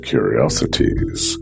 Curiosities